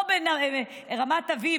או ברמת אביב.